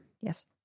Yes